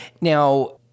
Now